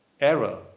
error